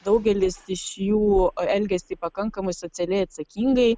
daugelis iš jų elgiasi pakankamai socialiai atsakingai